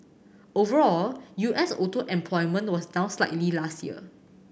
overall U S auto employment was down slightly last year